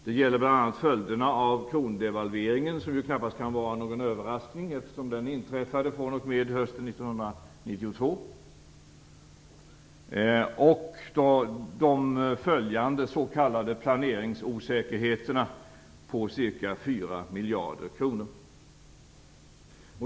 Det gäller bl.a. följderna av krondevalveringen - som ju knappast kan vara någon överraskning, eftersom den inträffade fr.o.m.hösten 1992 - och de följande s.k. planeringsosäkerheterna på ca 4 miljarder kronor.